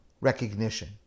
recognition